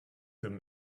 them